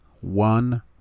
One